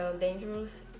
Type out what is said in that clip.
dangerous